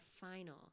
final